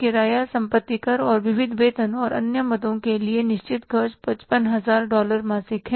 किराया संपत्ति कर और विविध वेतन और अन्य मदों के लिए निश्चित खर्च 55 हजार डॉलर मासिक हैं